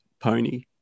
Pony